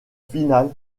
finale